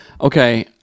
Okay